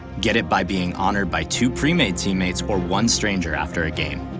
get it by being honored by two premade teammates or one stranger after a game.